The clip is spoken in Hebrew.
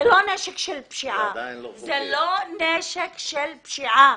זה לא נשק של פשיעה.